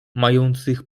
mających